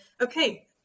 okay